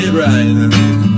right